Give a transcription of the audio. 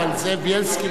אבל זאב בילסקי,